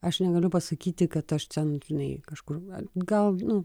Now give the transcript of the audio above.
aš negaliu pasakyti kad aš ten žinai kažkur gal nu